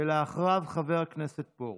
אחריו, חבר הכנסת פרוש.